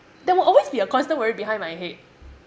there will always be a constant worry behind my head